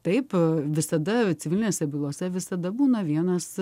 taip visada civilinėse bylose visada būna vienas